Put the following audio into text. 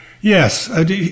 Yes